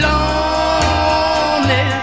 Lonely